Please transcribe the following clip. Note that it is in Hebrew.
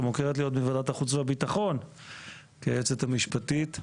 שמוכרת לי עוד מוועדת החוץ והביטחון כיועצת המשפטית.